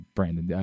Brandon